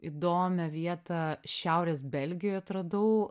įdomią vietą šiaurės belgijoj atradau